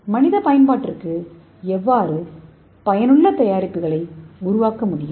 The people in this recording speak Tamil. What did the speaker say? மனிதபயன்பாட்டிற்கு எவ்வாறு பயனுள்ள தயாரிப்புகளை உருவாக்கமுடியும்